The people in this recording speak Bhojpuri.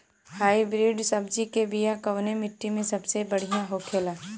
हाइब्रिड सब्जी के बिया कवने मिट्टी में सबसे बढ़ियां होखे ला?